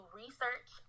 research